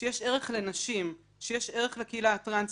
שיש ערך לנשים, שיש ערך לקהילה הטרנסית,